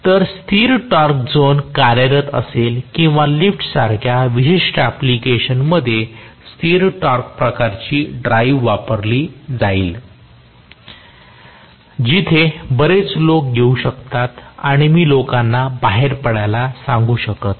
तर स्थिर torque zone कार्यरत असेल किंवा लिफ्टसारख्या विशिष्ट अँप्लिकेशन मध्ये स्थिर टॉर्क प्रकारची ड्राइव्ह वापरली जाईल जिथे बरेच लोक येऊ शकतात आणि मी लोकांना बाहेर पडायला सांगू शकत नाही